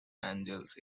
angeles